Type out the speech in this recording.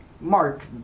Mark